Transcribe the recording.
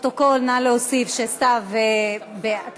לפרוטוקול נא להוסיף שסתיו תמכה,